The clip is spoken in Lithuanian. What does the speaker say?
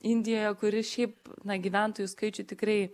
indijoje kuri šiaip gyventojų skaičių tikrai